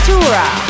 Tura